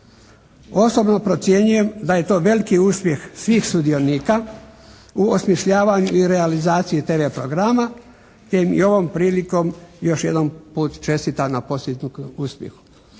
Osobno procjenjujem da je to veliki uspjeh svih sudionika u osmišljavanju i realizaciji TV programa te im i ovom prilikom još jedan put čestitam na postignutom uspjehu.